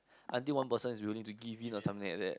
until one person is willing to give in or something like that